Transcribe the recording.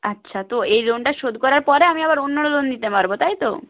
আচ্ছা তো এই লোনটা শোধ করার পরে আমি আবার অন্য লোন নিতে পারব তাই তো